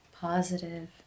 positive